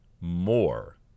more